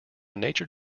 nature